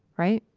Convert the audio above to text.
right?